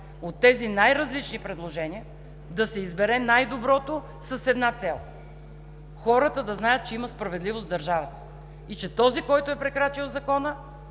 От тези най-различни предложения да се избере най-доброто с една цел – хората да знаят, че има справедливост в държавата и че този, който е прекрачил закона,